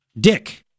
Dick